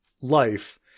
life